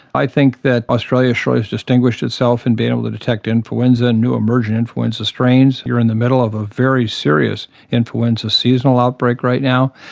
i think that australia has distinguished itself in being able to detect influenza and new emerging influenza strains. you are in the middle of a very serious influenza seasonal outbreak right now.